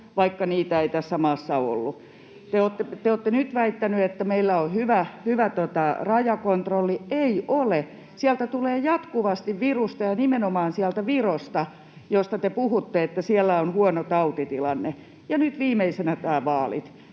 vaikka niitä ei tässä maassa ollut. Te olette nyt väittänyt, että meillä on hyvä rajakontrolli. Ei ole. Sieltä tulee jatkuvasti virusta ja nimenomaan sieltä Virosta, josta te puhutte, että siellä on huono tautitilanne, ja nyt viimeisenä ovat nämä vaalit.